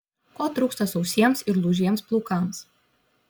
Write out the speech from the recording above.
ko trūksta sausiems ir lūžiems plaukams